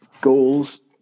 goals